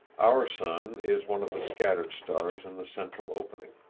our sun is one of the scattered stars in the central opening.